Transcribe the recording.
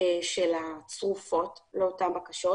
של הצרופות לאותן בקשות,